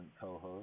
co-host